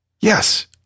Yes